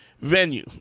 venue